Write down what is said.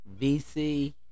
VC